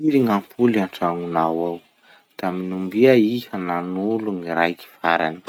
Firy gn'ampoly antragnonao ao? Tamin'ombia iha nanolo gny raiky farany?